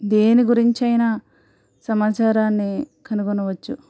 దేని గురించి అయినా సమాచారాన్ని కనుగొనవచ్చు